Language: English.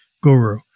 guru